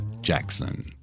Jackson